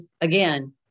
again